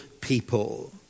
people